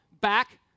back